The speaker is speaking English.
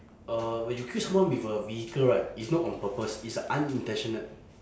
uh when you kill someone with a vehicle right it's not on purpose it's unintentional